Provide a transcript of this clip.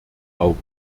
auge